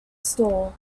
score